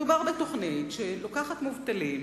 מדובר בתוכנית שלוקחת מובטלים,